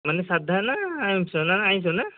ମାନେ ସାଧା ନା ଆଇଁଷ ନା ଆଇଁଷ ନା